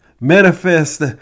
manifest